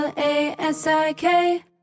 L-A-S-I-K